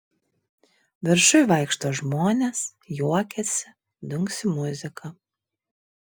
viršuj vaikšto žmonės juokiasi dunksi muzika